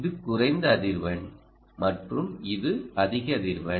இது குறைந்த அதிர்வெண் மற்றும் இது அதிக அதிர்வெண்